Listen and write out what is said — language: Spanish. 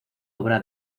obra